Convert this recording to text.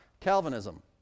Calvinism